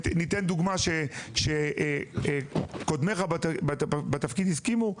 אני אתן דוגמה שקודמיך בתפקיד הסכימו,